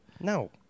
No